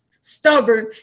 stubborn